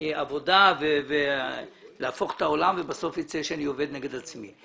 עבודה ולהפוך את העולם ובסוף יצא שאני עובד נגד עצמי.